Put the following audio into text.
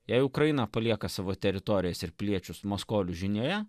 jei ukraina palieka savo teritorijas ir piliečius maskolių žinioje